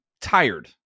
tired